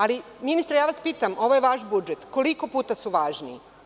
Ali, ministre, ja vas pitam, ovo je vaš budžet, koliko puta su važni?